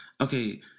okay